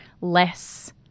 less –